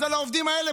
אז העובדים האלה,